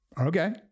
okay